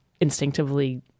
instinctively